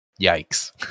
Yikes